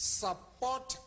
support